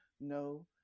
No